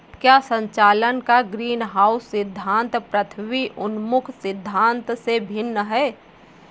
क्या संचालन का ग्रीनहाउस सिद्धांत पृथ्वी उन्मुख सिद्धांत से भिन्न है?